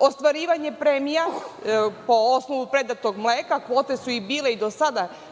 ostvarivanje premija po osnovu predatog mleka. Kvote su bile i do sada